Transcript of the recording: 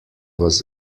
was